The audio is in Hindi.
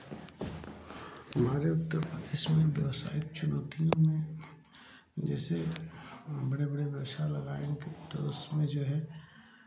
हमारे उत्तर प्रदेश में व्यावसायिक चुनौतियों में जैसे बड़े बड़े ब्यवसाय लगाएंगे तो उसमें जो है